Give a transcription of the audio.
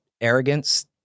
arrogance